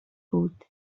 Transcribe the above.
بود